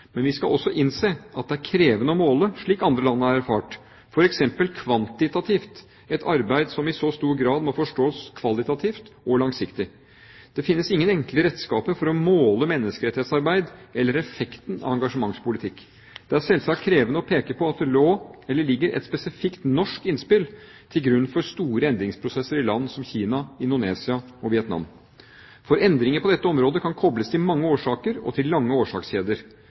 Men vi skal også innse at det er krevende å måle – slik andre land har erfart – f.eks. kvantitativt et arbeid som i så stor grad må forstås kvalitativt og langsiktig. Det finnes ingen enkle redskaper for å måle menneskerettighetsarbeid eller effekten av engasjementspolitikk. Det er selvsagt krevende å peke på at det lå eller ligger et spesifikt norsk innspill til grunn for store endringsprosesser i land som Kina, Indonesia og Vietnam. For endringer på dette området kan kobles til mange årsaker og til lange årsakskjeder: